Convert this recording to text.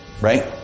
Right